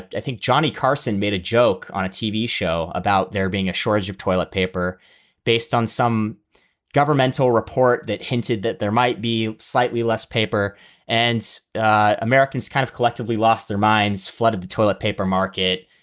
i think johnny carson made a joke on a tv show about there being a shortage of toilet paper based on some governmental report that hinted that there might be slightly less paper and americans kind of collectively lost their minds, flooded the toilet paper market.